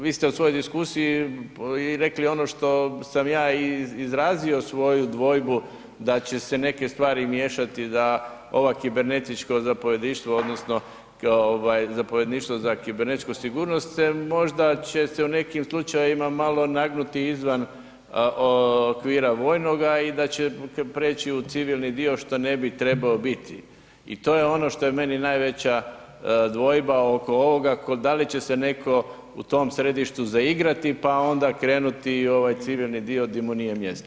Vi ste u svojoj diskusiji i rekli ono što sam ja i izrazio svoju dvojbu da će se neke stvari miješati da ovo kibernetičko zapovjedništvo odnosno zapovjedništvo za kibernetičku sigurnost se, možda će se u nekim slučajevima malo nagnuti i izvan okvira vojnoga i da će preći u civilni dio, što ne bi trebao biti i to je ono što je meni najveća dvojba oko ovoga da li će se netko u tom središtu zaigrati, pa onda krenuti i u ovaj civilni dio gdje mu nije mjesto.